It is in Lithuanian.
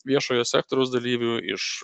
viešojo sektoriaus dalyvių iš